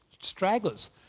stragglers